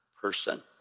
person